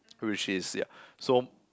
which is yeah so